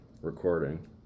recording